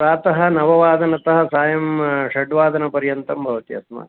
प्रातः नववादनतः सायं षड्वादनपर्यन्तं भवति अस्माकम्